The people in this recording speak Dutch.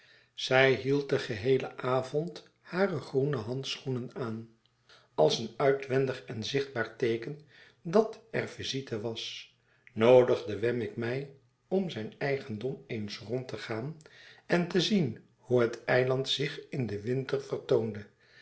zij hield den geheelen avond hare groene handschoenen aan als een uitwendig en zichtbaar teeken dat er visite was noodigde wemmick mij om zijn eigendom eens rond te gaan en te zien hoe het eiland zich in den winter